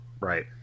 Right